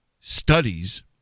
studies